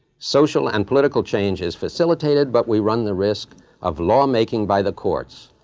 social and political change is facilitated, but we run the risk of lawmaking by the courts,